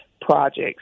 projects